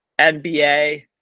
NBA